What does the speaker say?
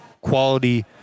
quality